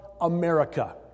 America